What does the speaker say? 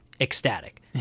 ecstatic